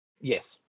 yes